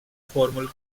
formal